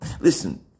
Listen